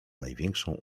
największą